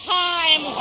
time